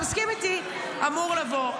אתה מסכים איתי, אמור לבוא.